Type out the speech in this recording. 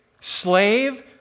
slave